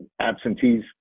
absentees